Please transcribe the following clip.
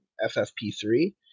FFP3